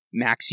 Maxi